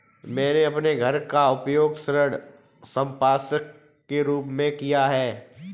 मैंने अपने घर का उपयोग ऋण संपार्श्विक के रूप में किया है